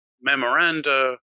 memoranda